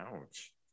Ouch